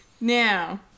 now